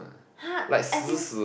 !huh! as in